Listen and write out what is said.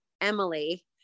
Emily